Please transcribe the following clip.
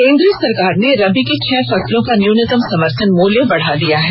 केन्द्र सरकार ने रबी की छह फसलों का न्यूनतम समर्थन मूल्य बढ़ा दिया है